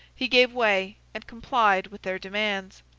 he gave way, and complied with their demands.